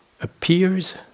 appears